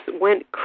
went